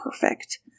perfect